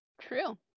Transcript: True